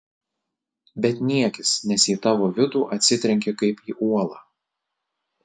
bet niekis nes į tavo vidų atsitrenki kaip į uolą